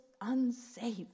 unsafe